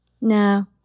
No